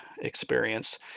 experience